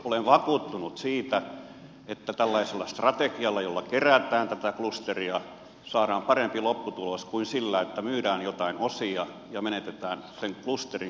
olen vakuuttunut siitä että tällaisella strategialla jolla kerätään tätä klusteria saadaan parempi lopputulos kuin sillä että myydään jotain osia ja menetetään sen klusterin kokonaisvetovoimaa